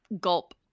Gulp